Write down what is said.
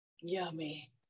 yummy